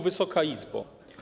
Wysoka Izbo!